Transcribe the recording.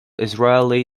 israeli